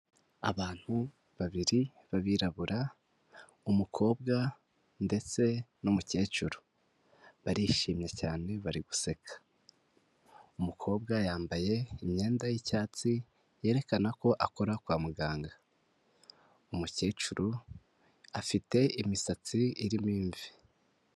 Abantu babiri b'abirabura, umukobwa ndetse n'umukecuru. Barishimye cyane bari guseka. Umukobwa yambaye imyenda y'icyatsi yerekana ko akora kwa muganga. Umukecuru afite imisatsi irimo imvi.